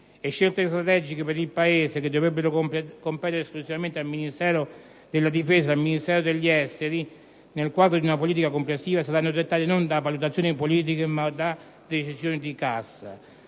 Scelte strategiche per il Paese, che dovrebbero competere esclusivamente al Ministero della difesa e al Ministero degli affari esteri, nel quadro di una politica complessiva, saranno dettate, non da valutazioni politiche, ma da decisioni di cassa.